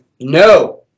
no